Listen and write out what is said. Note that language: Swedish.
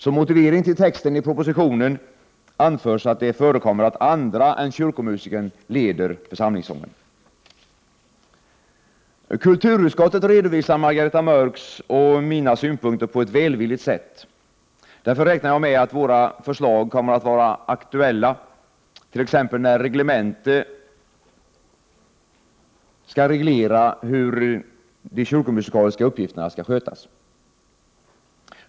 Som motivering till texten i propositionen anförs att det förekommer att andra än kyrkomusiker leder församlingssången. Kulturutskottet redovisar Margareta Mörcks och mina synpunkter på ett välvilligt sätt. Därför räknar jag med att våra förslag kommer att vara aktuella, t.ex. när reglemente skall reglera hur de kyrkomusikaliska uppgifterna skall skötas.